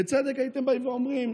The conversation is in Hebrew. בצדק הייתם באים ואומרים: